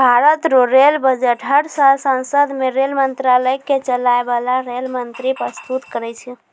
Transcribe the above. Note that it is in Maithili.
भारत रो रेल बजट हर साल सांसद मे रेल मंत्रालय के चलाय बाला रेल मंत्री परस्तुत करै छै